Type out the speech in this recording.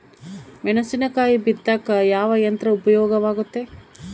ಮೆಣಸಿನಕಾಯಿ ಬಿತ್ತಾಕ ಯಾವ ಯಂತ್ರ ಉಪಯೋಗವಾಗುತ್ತೆ?